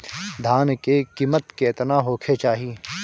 धान के किमत केतना होखे चाही?